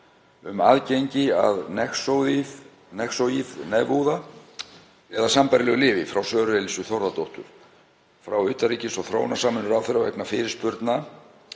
um aðgengi að Nyxoid-nefúða eða sambærilegu lyfi, frá Söru Elísu Þórðardóttur; frá utanríkis og þróunarsamvinnuráðherra vegna fyrirspurna